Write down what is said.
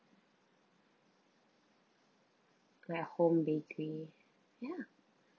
like home bakery yeah